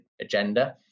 agenda